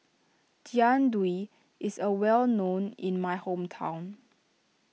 Jian Dui is a well known in my hometown